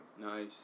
Nice